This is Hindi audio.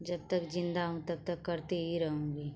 जब तक ज़िंदा हूँ तब तक करती ही रहूँगी